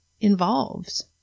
involved